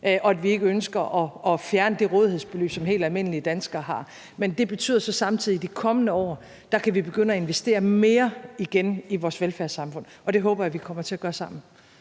og at vi ikke ønsker at fjerne det rådighedsbeløb, som helt almindelige danskere har. Men det betyder så samtidig, at vi de kommende år igen kan begynde at investere mere i vores velfærdssamfund, og det håber jeg vi kommer til at gøre sammen.